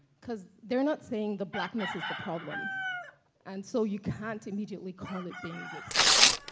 cause they're not saying the blackness is the problem and so you can't immediately call it being racist.